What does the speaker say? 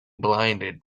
blinded